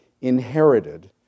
inherited